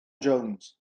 jones